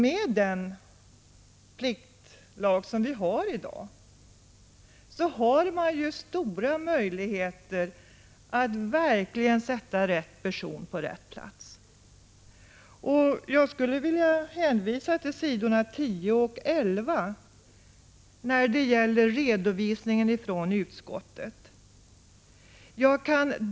Med den pliktlag som vi har i dag har man stora möjligheter att verkligen sätta rätt person på rätt plats. När det gäller redovisningen från utskottet skulle jag vilja hänvisa till s. 10 och 11 i utskottsbetänkandet.